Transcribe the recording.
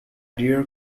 dear